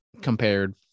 compared